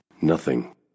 Nothing